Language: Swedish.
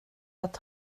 att